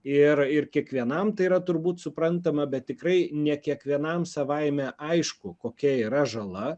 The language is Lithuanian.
ir ir kiekvienam tai yra turbūt suprantama bet tikrai ne kiekvienam savaime aišku kokia yra žala